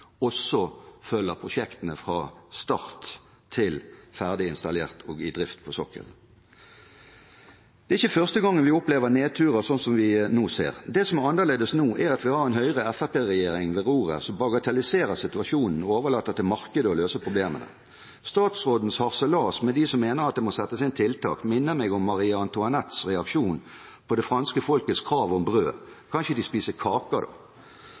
også følger prosjektene fra start til de er ferdig installerte og i drift på sokkel. Det er ikke første gangen vi opplever nedturer som vi nå ser. Det som er annerledes nå, er at vi har en Høyre–Fremskrittsparti-regjering ved roret som bagatelliserer situasjonen og overlater til markedet å løse problemene. Statsrådens harselas med dem som mener at det må settes inn tiltak, minner meg om Marie Antoinettes reaksjon på det franske folkets krav om brød: Kan de ikke spise kaker, da?